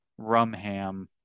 Rumham